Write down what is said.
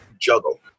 juggle